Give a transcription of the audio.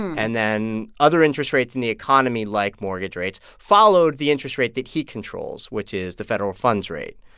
and then other interest rates in the economy, like mortgage rates, followed the interest rate that he controls, which is the federal funds rate.